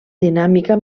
dinàmica